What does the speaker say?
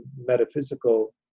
metaphysical